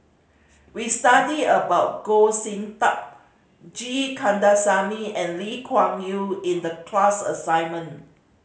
we studied about Goh Sin Tub G Kandasamy and Lee Kuan Yew in the class assignment